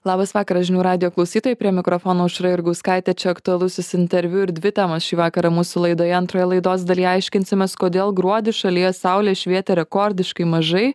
labas vakaras žinių radijo klausytojai prie mikrofono aušra jurgauskaitė čia aktualusis interviu ir dvi temos šį vakarą mūsų laidoje antrąją laidos dalyje aiškinsimės kodėl gruodį šalyje saulė švietė rekordiškai mažai